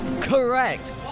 Correct